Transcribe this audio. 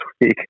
week